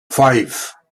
five